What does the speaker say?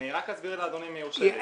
אני רק אסביר לאדוני, אם יורשה לי.